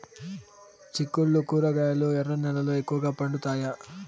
చిక్కుళ్లు కూరగాయలు ఎర్ర నేలల్లో ఎక్కువగా పండుతాయా